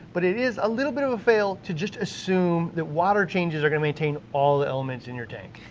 but it is a little bit of a fail to just assume that water changes are gonna maintain all the elements in your tank.